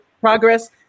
Progress